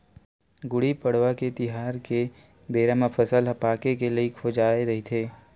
गुड़ी पड़वा तिहार के बेरा म फसल ह पाके के लइक हो जाए रहिथे